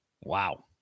Wow